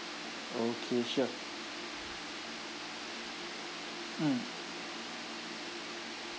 okay sure mm